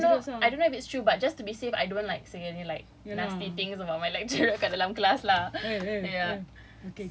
ya so I don't know I don't know if it's true but just to be safe I don't like saying anything like nasty things about my lecturer kat dalam kelas lah ya